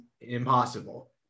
impossible